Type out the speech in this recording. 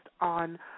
on